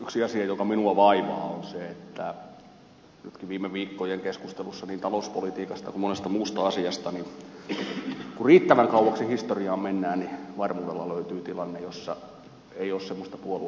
yksi asia joka minua vaivaa on se että nytkin viime viikkojen keskusteluissa niin talouspolitiikasta kuin monesta muusta asiasta kun riittävän kauaksi historiaan mennään varmuudella löytyy tilanne jossa ei ole semmoista puoluetta joka ei olisi jollain lailla syyllinen